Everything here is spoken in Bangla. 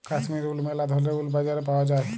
কাশ্মীর উল ম্যালা ধরলের উল বাজারে পাউয়া যায়